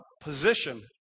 position